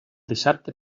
dissabte